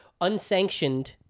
unsanctioned